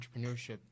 entrepreneurship